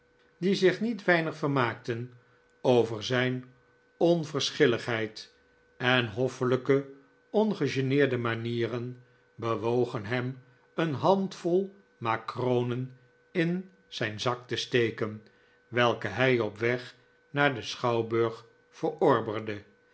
die zich niet weinig vermaakten over zijn onverschilligheid en hoffelijke ongegeneerde manieren bewogen hem een handvol macronen in zijn zak te steken welke hij op weg naar den schouwburg